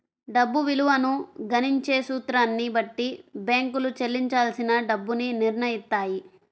డబ్బు విలువను గణించే సూత్రాన్ని బట్టి బ్యేంకులు చెల్లించాల్సిన డబ్బుని నిర్నయిత్తాయి